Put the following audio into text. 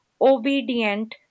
obedient